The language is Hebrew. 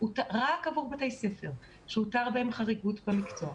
רק עבור בתי ספר שאותרה בהם חריגות במקצוע,